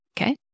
Okay